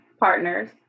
Partners